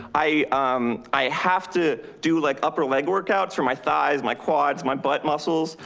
i um i have to do like upper leg workouts for my thighs, my quads, my butt muscles,